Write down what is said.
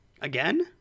Again